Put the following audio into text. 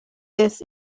this